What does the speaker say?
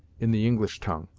in the english tongue,